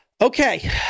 Okay